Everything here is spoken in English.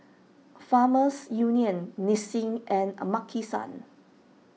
Farmers Union Nissin and a Maki San